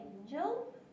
angel